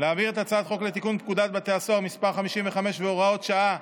להעביר את הצעת חוק לתיקון פקודת בתי הסוהר (מס' 55 והוראות שעה),